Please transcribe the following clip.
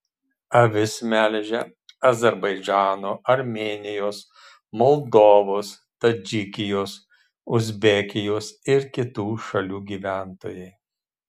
avis melžia azerbaidžano armėnijos moldovos tadžikijos uzbekijos ir kitų šalių gyventojai